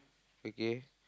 okay